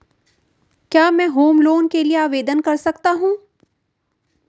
क्या मैं home loan के लिए आवेदन कर सकता हूं?